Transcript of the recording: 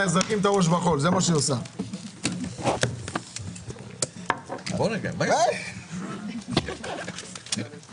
הישיבה ננעלה בשעה 10:40.